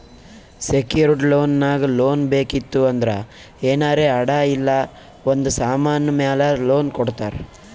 secured loan ನಾಗ್ loan ಬೇಕಿತ್ತು ಅಂದ್ರ ಏನಾರೇ ಅಡಾ ಇಲ್ಲ ಒಂದ್ ಸಮಾನ್ ಮ್ಯಾಲ ಲೋನ್ ಕೊಡ್ತಾರ್